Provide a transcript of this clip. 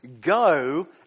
go